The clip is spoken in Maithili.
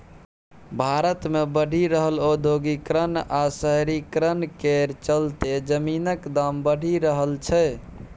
भारत मे बढ़ि रहल औद्योगीकरण आ शहरीकरण केर चलते जमीनक दाम बढ़ि रहल छै